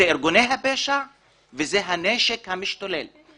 אלה ארגוני הפשע והנשק שמשתולל.